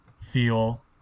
feel